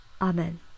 amen